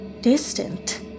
Distant